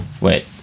Wait